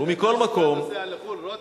ומכל מקום, אתה נוסע לחו"ל, רותם,